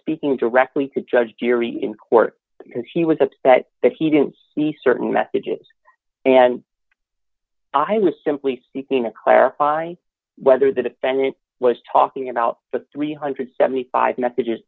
speaking directly to judge jury in court because he was upset that he didn't see certain messages and i was simply seeking to clarify whether the defendant was talking about the three hundred and seventy five messages